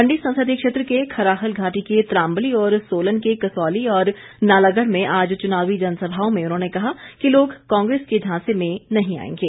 मंडी संसदीय क्षेत्र के खराहल घाटी के त्राम्बली और सोलन के कसौली और नालागढ़ में आज चुनावी जनसभाओं में उन्होंने कहा कि लोग कांग्रेस के झांसे में नहीं आएंगे